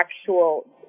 actual